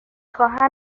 خواهم